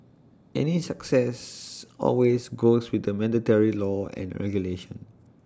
any success always goes with the mandatory law and regulation